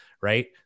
right